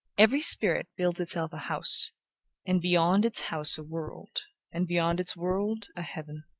every spirit builds itself a house and beyond its house a world and beyond its world, a heaven.